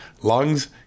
lungs